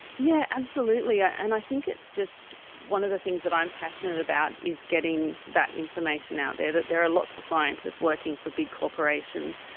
yeah, absolutely. and i think it's just, one of the things that i'm passionate about is getting that information out there, that there are lots of scientists working for big corporations,